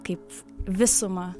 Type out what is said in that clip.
kaip visumą